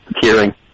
hearing